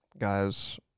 guys